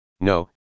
no